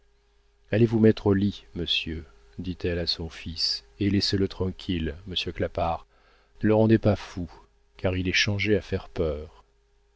vous mettre au lit monsieur dit-elle à son fils et laissez-le tranquille monsieur clapart ne le rendez pas fou car il est changé à faire peur